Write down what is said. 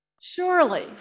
Surely